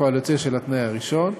כפועל יוצא של התנאי הראשון.